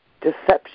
deception